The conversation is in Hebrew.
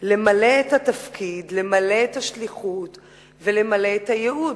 למלא את התפקיד, למלא את השליחות ולמלא את הייעוד,